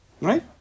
Right